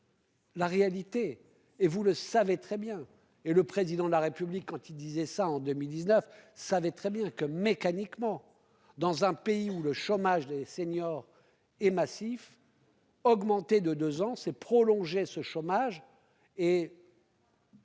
La réalité, et vous le savez très bien et le président de la République quand il disait ça en 2019, savait très bien que, mécaniquement. Dans un pays où le chômage des seniors et massif. Augmenter de deux ans s'est prolongé ce chômage et.